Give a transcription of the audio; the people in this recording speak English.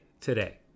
today